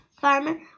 farmer